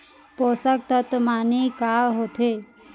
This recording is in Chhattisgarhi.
पोसक तत्व माने का होथे?